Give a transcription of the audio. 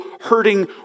hurting